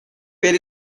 per